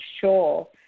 sure